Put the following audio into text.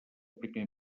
primer